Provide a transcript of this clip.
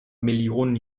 millionen